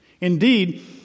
Indeed